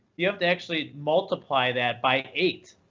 you have to actually multiply that by eight.